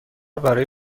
برای